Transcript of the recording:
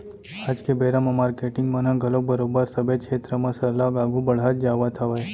आज के बेरा म मारकेटिंग मन ह घलोक बरोबर सबे छेत्र म सरलग आघू बड़हत जावत हावय